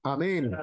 Amen